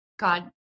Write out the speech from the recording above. God